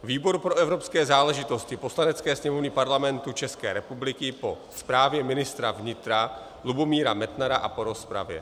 Výbor pro evropské záležitosti Poslanecké sněmovny Parlamentu České republiky po zprávě ministra vnitra Lubomíra Metnara a po rozpravě